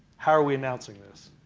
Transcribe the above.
how are we announcing this?